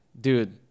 Dude